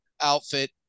outfit